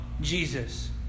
Jesus